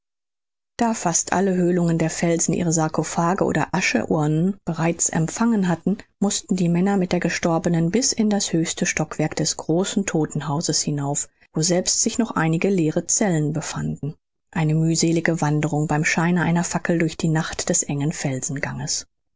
da fast alle höhlungen der felsen ihre sarkophage oder aschenurnen bereits empfangen hatten mußten die männer mit der gestorbenen bis in das höchste stockwerk des großen todtenhauses hinauf woselbst sich noch einige leere zellen befanden eine mühselige wanderung beim scheine einer fackel durch die nacht des engen